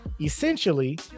Essentially